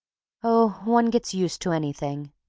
oh, one gets used to anything!